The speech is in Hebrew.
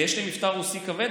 יש לי מבטא רוסי כבד?